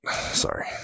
Sorry